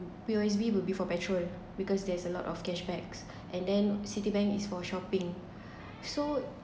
P_O_S_B will be for petrol because there's a lot of cash backs and then citibank is for shopping so